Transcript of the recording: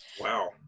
wow